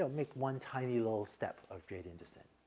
so make one tiny little step of gradient descent.